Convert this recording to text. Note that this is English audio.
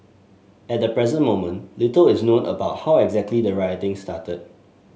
at the present moment little is known about how exactly the rioting started